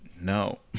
no